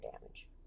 damage